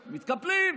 מתקפלים.